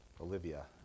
Olivia